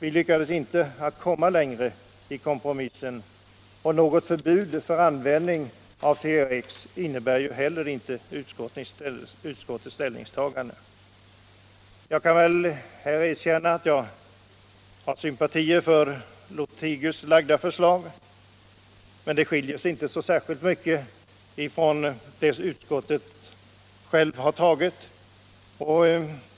Vi lyckades emellertid inte komma längre i kompromissen, men något förbud mot att använda THX innebär å andra sidan heller inte utskottets ställningstagande. Jag kan säga att jag känner sympati för det av herr Lothigius framlagda förslaget, men det skiljer sig inte särskilt mycket från det förslag som utskottet självt har tagit.